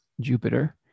Jupiter